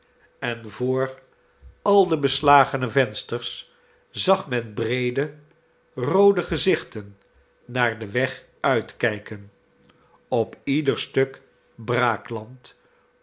en short voor al de beslagene vensters zag men breede roode gezichten naar den weg uitkijken op ieder stuk